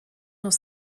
dans